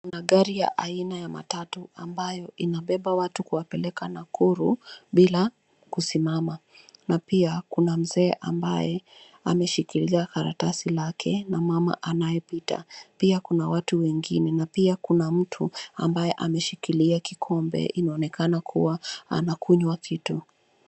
Magari aina ya matatu ambayo inabeba watu kuwapeleka Nakuru bila kusimama .Na pia kuna mzee ambaye ameshikilia karatasi yake na mama anayepita. Pia kuna watu wengine na pia kuna mtu ambaye ameshikilia kikombe anaonekana anakunywa kitu.